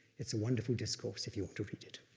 it's a wonderful discourse if you want to read it.